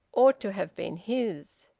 ought to have been his!